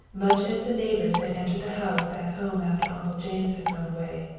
much as the neighbors had entered the house back home after uncle james had gone away,